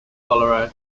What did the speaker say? tolerate